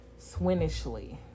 swinishly